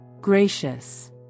Gracious